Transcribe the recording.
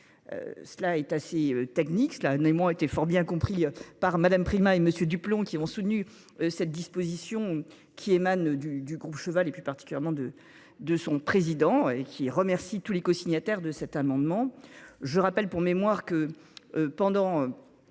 Cela est assez technique, cela a néanmoins été fort bien compris par Madame Prima et monsieur du plomb qui ont soutenu cette disposition qui émane du du groupe cheval et plus particulièrement de de son président et qui remercie tous les co-cosignataires de cet amendement. Je rappelle pour mémoire que. Pendant.